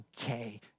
okay